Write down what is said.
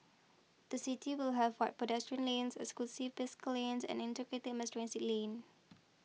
the city will have wide pedestrian lanes exclusive bicycle lanes and integrated mass transit lane